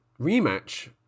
rematch